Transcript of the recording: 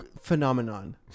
phenomenon